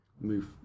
move